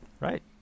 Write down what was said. Right